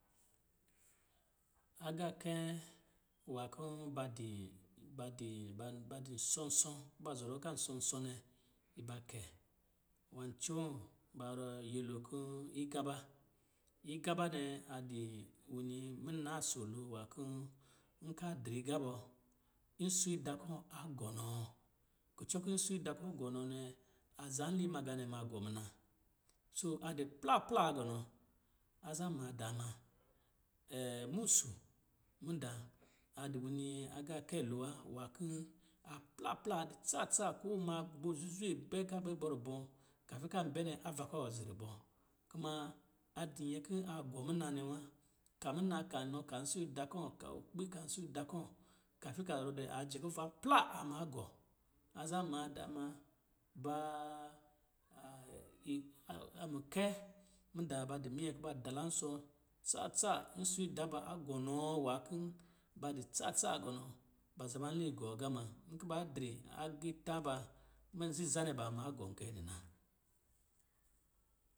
Agaakɛ nwǎ kɔ̌ ba di ba di ba ba di nsɔ̂-nsɔ̂ kɔ̂ ba zɔrɔ agâ nsɔ̂-nsɔ̂ nɛ, iba kɛ: nwâ ncoo, ba rɔ nyɛlo kɔ̂ igaba, igaba nɛ a di wini munaaso lo nwâ kɔ̂ nka dri gǎ bɔ, nsɔ̂ da kɔ̂ a gɔnɔɔ. kucɔ kɔ̂ nsɔ̂ da kɔ̂ a gɔnɔɔ nɛ, aza inli ma gaanɛ gɔ muna. Soo a dɔ plapla gɔnɔ. Aza maadaa na, musu mudaa a dɔ wini agaakɛ lo wa, wa kɔ̌ a plapla, a di tsatsa ko ma gbo zuzwe bɛ ka bɛ gbɔ̂ rubɔ, kafin kan bɛ nɛ ava kɔ̂ zi rubɔ, kuma, a di nyɛ kɔ̂ a gɔ muna nɛ wa. Ka muna, ka inɔ ka nsɔ̂ da kɔ̂, ka okpin ka nsɔ̂ da kɔ̂ kafi ka zɔn dɛ, a jɛ kuva pla aa maa gɔ. Aza maadaa ma, baa amukɛ, mudaa ba di minyɛ kɔ̂ ba dalansɔ̌ tsatsa, nsɔ̂ da ba a gɔnɔɔ nwâ kɔ̂ ba di tsatsa gɔnɔ, ba zaba inlan igɔ gâ ma. Nkɔ̂ baa dri agiitâ ba mi zizanɛ ba ma gɔ kɛ nɛ na.